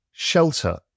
shelter